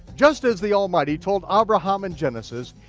just as the almighty told abraham in genesis,